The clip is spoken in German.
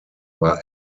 war